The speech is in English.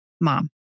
mom